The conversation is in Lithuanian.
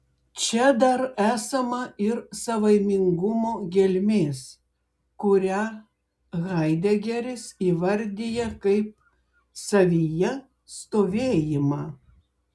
čia dar esama ir savaimingumo gelmės kurią haidegeris įvardija kaip savyje stovėjimą